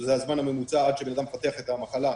שזה הזמן הממוצע עד שהבן אדם מפתח את המחלה,